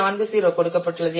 40 கொடுக்கப்பட்டுள்ளது